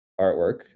artwork